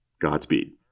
Godspeed